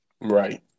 Right